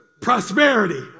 Prosperity